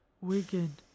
Wigan